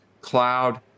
Cloud